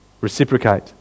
Reciprocate